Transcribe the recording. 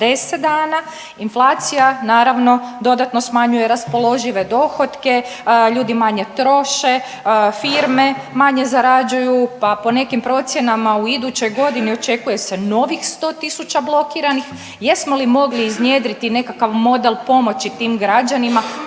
360 dana. Inflacija naravno dodatno smanjuje raspoložive dohotke, ljudi manje troše, firme manje zarađuju, pa po nekim procjenama u idućoj godini očekuje se novih 100 000 blokiranih. Jesmo li mogli iznjedriti nekakav model pomoći tim građanima